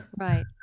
Right